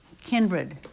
kindred